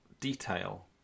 detail